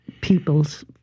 people's